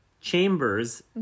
Chambers